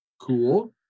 Cool